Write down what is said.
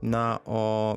na o